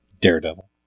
Daredevil